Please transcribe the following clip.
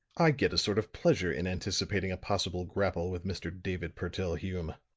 i get a sort of pleasure in anticipating a possible grapple with mr. david purtell hume.